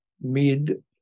mid